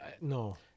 No